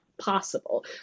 possible